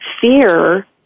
Fear